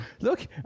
Look